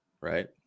right